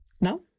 No